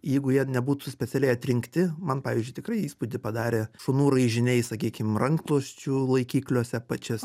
jeigu jie nebūtų specialiai atrinkti man pavyzdžiui tikrai įspūdį padarė šunų raižiniai sakykim rankšluosčių laikikliuose pačias